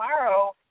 tomorrow